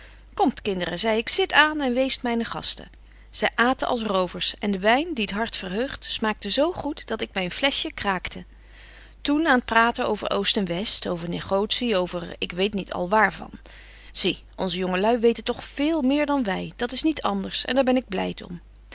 komt kinderen zei ik zit aan en weest myne gasten zy aten als rovers en de wyn die t hart verheugt smaakte zo goed dat ik myn flesje kraakte toen aan t praten over oost en west over negotie over ik weet niet al waar van zie onze jonge lui weten toch veel meer dan wy dat is niet anders en daar ben ik blyd om